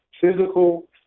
physical